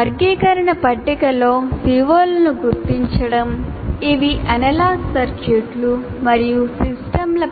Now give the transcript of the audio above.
వర్గీకరణ పట్టికలో CO లను గుర్తించడం ఇవి అనలాగ్ సర్క్యూట్లు మరియు సిస్టమ్తో